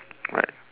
right